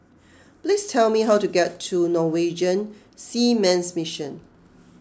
please tell me how to get to Norwegian Seamen's Mission